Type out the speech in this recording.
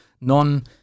non